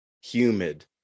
humid